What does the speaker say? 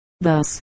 thus